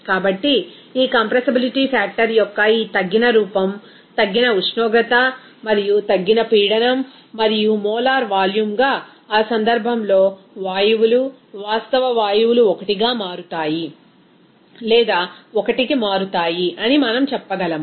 కాబట్టి ఈ compressibility factor యొక్క ఈ తగ్గిన రూపం తగ్గిన ఉష్ణోగ్రత మరియు తగ్గిన పీడనం మరియు మోలార్ వాల్యూమ్గా ఆ సందర్భంలో వాయువులు వాస్తవ వాయువులు 1గా మారుతాయి లేదా 1కి మారతాయి అని మనం చెప్పగలం